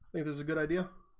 is a good idea